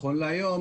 נכון להיום,